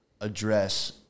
address